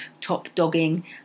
top-dogging